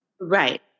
right